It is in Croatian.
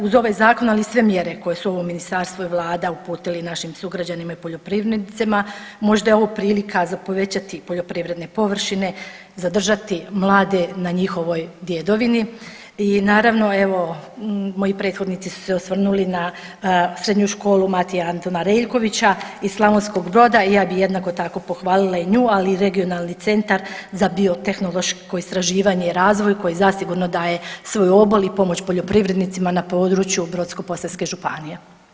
Uz ovaj zakon, ali i sve mjere koje su ovo ministarstvo i vlada uputili našim sugrađanima i poljoprivrednicima možda je ovo prilika za povećati poljoprivredne površine, zadržati mlade na njihovoj djedovini i naravno evo moji prethodnici su se osvrnuli na Srednju školu Matija Antuna Reljkovića iz Slavonskog Broda i ja bi jednako tako pohvalila i nju ali i Regionalni centar za biotehnološko istraživanje i razvoj koji zasigurno daje svoj obol i pomoć poljoprivrednicima na području Brodsko-posavske županije.